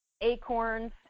acorns